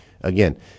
Again